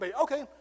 Okay